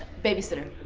babysitter.